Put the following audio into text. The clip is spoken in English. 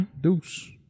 Deuce